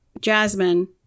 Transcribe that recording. Jasmine